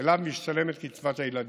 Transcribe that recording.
שלו משולמת קצבת הילדים.